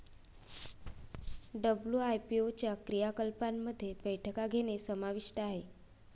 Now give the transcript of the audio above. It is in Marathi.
डब्ल्यू.आय.पी.ओ च्या क्रियाकलापांमध्ये बैठका घेणे समाविष्ट आहे